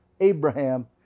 Abraham